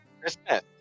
Christmas